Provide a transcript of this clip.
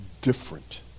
different